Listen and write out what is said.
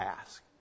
ask